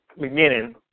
beginning